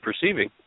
perceiving